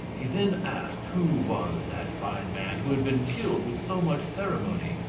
he then asked who was that fine man who had been killed with so much ceremony.